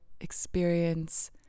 experience